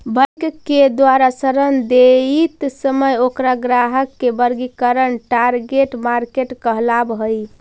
bank के द्वारा ऋण देइत समय ओकर ग्राहक के वर्गीकरण टारगेट मार्केट कहलावऽ हइ